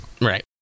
Right